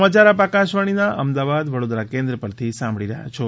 આ સમાચાર આપ આકાશવાણીના અમદાવાદ વડોદરા કેન્દ્ર પરથી સાંભળી રહ્યા છો